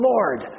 Lord